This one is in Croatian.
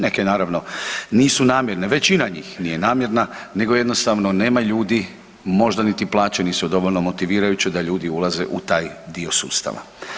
Neke naravno nisu namjerne, većina njih nije namjerna nego jednostavno nema ljudi, možda niti plaće dovoljno motivirajuće da ljudi ulaze u taj dio sustava.